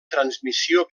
transmissió